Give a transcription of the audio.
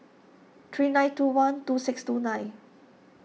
three nine two one two six two nine